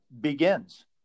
begins